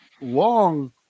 Long